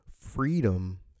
Freedom